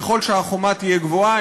ככל שהחומה תהיה גבוהה,